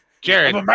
Jared